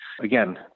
again